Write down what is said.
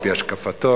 על-פי השקפתו,